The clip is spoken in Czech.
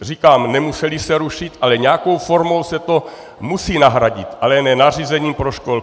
Říkám, nemusely se rušit, ale nějakou formou se to musí nahradit, ale ne nařízením pro školky.